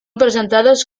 presentades